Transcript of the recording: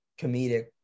comedic